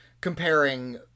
comparing